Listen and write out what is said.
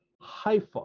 Haifa